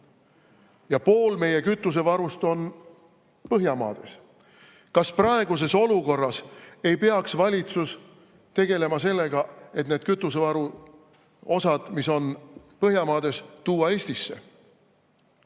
ja pool meie kütusevarust on Põhjamaades. Kas praeguses olukorras ei peaks valitsus tegelema sellega, et need kütusevaru osad, mis on Põhjamaades, tuua Eestisse?